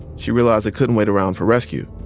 she realized they couldn't wait around for rescue.